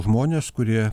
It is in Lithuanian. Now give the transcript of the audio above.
žmonės kurie